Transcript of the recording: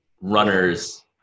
runner's